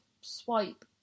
swipe